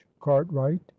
cartwright